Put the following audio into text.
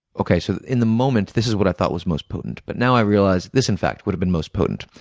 okay, so, in the moment, this is what i thought was most potent but now i realize this, in fact, would have been most potent.